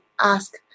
ask